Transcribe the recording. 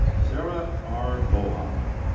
sarah r. bohac.